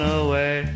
away